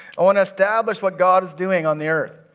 i wanna establish what god is doing on the earth.